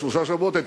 בשלושה שבועות האלה,